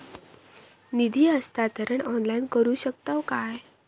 निधी हस्तांतरण ऑनलाइन करू शकतव काय?